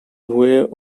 weigh